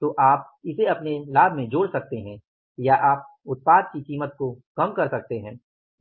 तो आप इसे अपने लाभ में जोड़ सकते हैं या आप उत्पाद की कीमत को कम कर सकते हैं